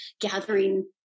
gathering